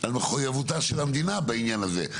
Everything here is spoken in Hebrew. על מחויבותה של המדינה בעניין הזה.